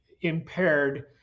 impaired